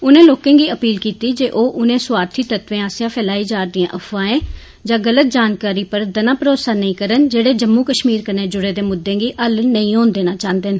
उनें लोकें गी अपील कीती जे ओह उनें स्आर्थी तत्वें आस्सेया फैलाई जा रदी अफवाहें जां गलत जानकारी पर दना भरोसा नेंई करन जेड़े जम्मू कश्मीर कन्नै जुड़े दे सब्बनें म्द्दें दे हल नेंई होन देना चांहदे न